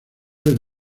del